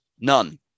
none